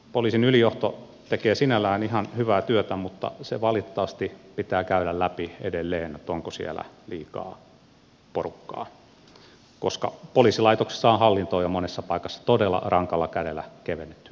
poliisin ylijohto tekee sinällään ihan hyvää työtä mutta se valitettavasti pitää käydä läpi edelleen onko siellä liikaa porukkaa koska poliisilaitoksissa on hallintoa jo monessa paikassa todella rankalla kädellä kevennetty ei kaikissa